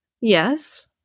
Yes